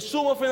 בשום אופן,